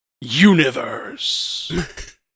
universe